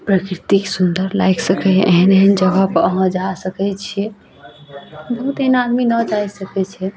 प्रकृतिक सुन्दर लागि सकैए एहन एहन जगह पर अहाँ जा सकैत छियै बहुत एहिना आदमी ने जा सकैत छै